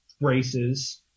races